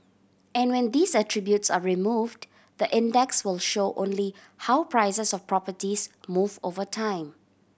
and when these attributes are removed the index will show only how prices of properties move over time